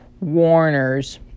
warners